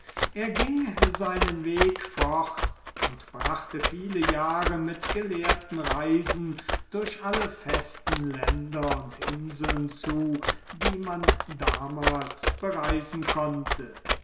er ging seinen weg fort und brachte viele jahre mit gelehrten reisen durch alle festen länder und inseln zu die man damals bereisen konnte